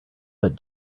but